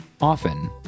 often